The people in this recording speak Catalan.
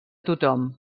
tothom